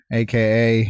aka